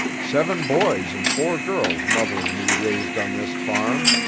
seven boys and four girls mother and me raised on this farm.